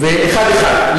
אחד-אחד,